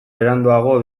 beranduago